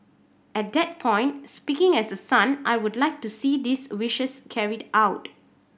at that point speaking as a son I would like to see these wishes carried out